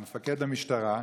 מפקד המשטרה.